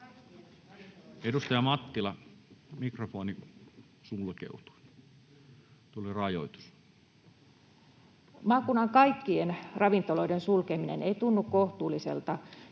[Puhujan mikrofoni sulkeutuu] Maakunnan kaikkien ravintoloiden sulkeminen ei tunnu kohtuulliselta,